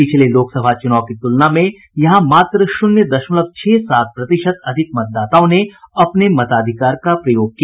पिछले लोकसभा चुनाव की तुलना में यहां मात्र शून्य दशमलव छह सात प्रतिशत अधिक मतदाताओं ने अपने मताधिकार का प्रयोग किया